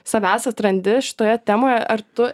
savęs atrandi šitoje temoje ar tu